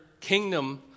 kingdom